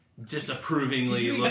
Disapprovingly